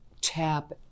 tap